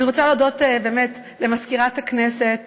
אני רוצה להודות באמת למזכירת הכנסת